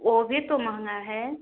वह भी तो महंगा है